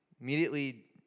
Immediately